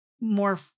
more